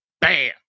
Bam